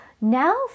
Now